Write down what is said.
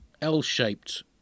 L-shaped